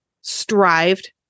strived